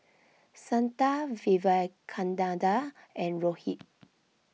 Santha Vivekananda and Rohit